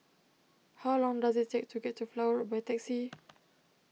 how long does it take to get to Flower Road by taxi